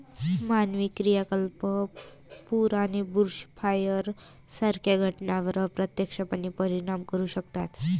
मानवी क्रियाकलाप पूर आणि बुशफायर सारख्या घटनांवर अप्रत्यक्षपणे परिणाम करू शकतात